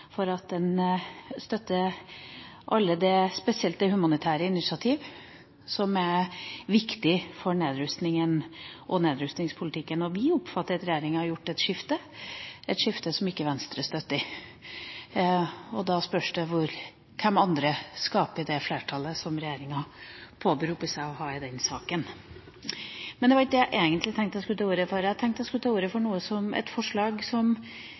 for nedrustning i verden. Vi bør kjempe mot atomvåpen, og vi bør støtte spesielt de humanitære initiativene som er viktige for nedrustninga og nedrustningspolitikken. Vi oppfatter at regjeringa har gjort et skifte, et skifte som Venstre ikke støtter. Da spørs det hvem andre som skaper det flertallet som regjeringa påberoper seg å ha i den saken. Men det var ikke det jeg egentlig tenkte å ta ordet for. Jeg tenkte å ta ordet i forbindelse med et forslag som